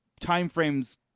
timeframes